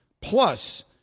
plus